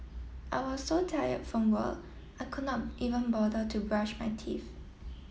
I was so tired from work I could not even bother to brush my teeth